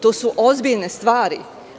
To su ozbiljne stvari.